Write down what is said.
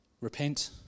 repent